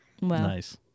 Nice